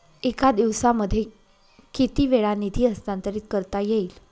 एका दिवसामध्ये किती वेळा निधी हस्तांतरीत करता येईल?